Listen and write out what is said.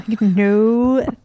No